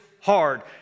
hard